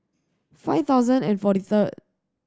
five thousand and forty third